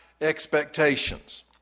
expectations